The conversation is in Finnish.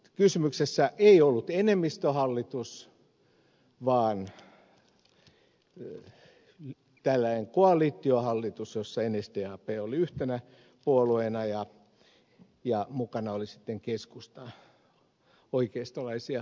kysymyksessä ei ollut enemmistöhallitus vaan tällainen koalitiohallitus jossa nsdap oli yhtenä puolueena ja mukana oli sitten keskusta oikeistolaisia pikkupuolueita